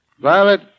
Violet